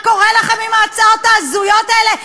מה קורה לכם עם ההצעות ההזויות האלה?